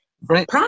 Right